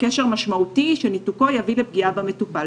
קשר משמעותי שניתוקו יביא לפגיעה במטופל.